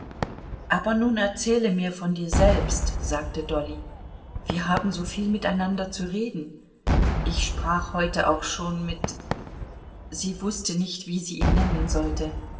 aber nun erzähle mir von dir selbst sagte dolly wir haben so viel miteinander zu reden ich sprach heute auch schon mit sie wußte nicht wie sie ihn nennen sollte